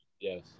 Yes